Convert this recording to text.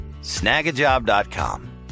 snagajob.com